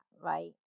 right